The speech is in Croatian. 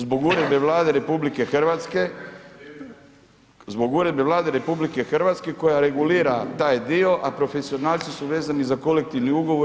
Zbog uredbe Vlade RH, zbog uredbe Vlade RH koja regulira taj dio, a profesionalci su vezani za kolektivni ugovor